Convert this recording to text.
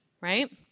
right